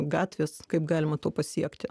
gatvės kaip galima to pasiekti